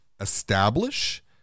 establish